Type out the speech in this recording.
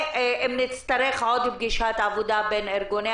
אם נצטרך עוד פגישת עבודה בין ארגוני